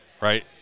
Right